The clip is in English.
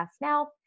now